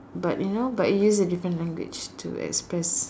but you know but use a different language to express